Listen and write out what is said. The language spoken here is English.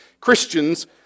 Christians